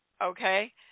Okay